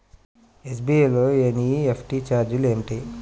SBI లో NEFT ఛార్జీలు ఏమిటి?